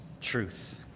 truth